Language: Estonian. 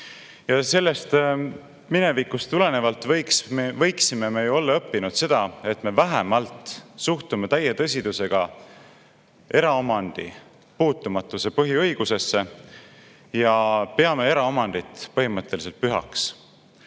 Sellest minevikust võiksime olla õppinud vähemalt seda, et me suhtume täie tõsidusega eraomandi puutumatuse põhiõigusesse ja peame eraomandit põhimõtteliselt pühaks,